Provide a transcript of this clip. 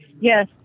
Yes